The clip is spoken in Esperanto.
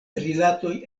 rilatoj